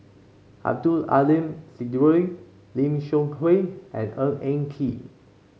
Abdul Aleem Siddique Lim Seok Hui and Ng Eng Kee